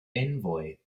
envoy